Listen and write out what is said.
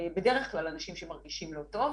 בדרך כלל אנשים שמרגישים לא טוב,